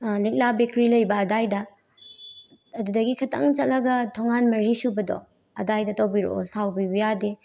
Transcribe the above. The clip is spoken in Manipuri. ꯂꯤꯛꯂꯥ ꯕꯦꯛꯀꯔꯤ ꯂꯩꯕ ꯑꯗꯨꯋꯥꯏꯗ ꯑꯗꯨꯗꯒꯤ ꯈꯤꯇꯪ ꯆꯠꯂꯒ ꯊꯣꯡꯒꯥꯟ ꯃꯔꯤꯁꯨꯕꯗꯣ ꯑꯗꯨꯋꯥꯏꯗ ꯇꯧꯕꯤꯔꯛꯑꯣ ꯁꯥꯎꯕꯤꯕ ꯌꯥꯗꯦ